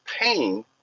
pain